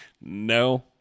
No